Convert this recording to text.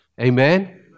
Amen